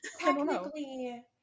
Technically